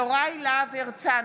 יוראי להב הרצנו,